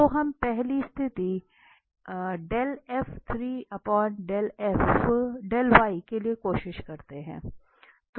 तो हम पहली स्थिति के लिए कोशिश करते हैं